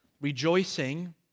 Rejoicing